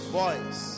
boys